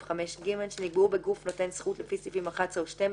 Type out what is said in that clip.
5(ג) שנקבעו בגוף נותן זכות לפי סעיפים 11 או 12,